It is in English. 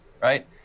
Right